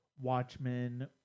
Watchmen